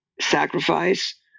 sacrifice